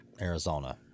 Arizona